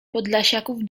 podlasiaków